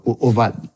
over